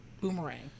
boomerang